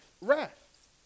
wrath